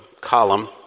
column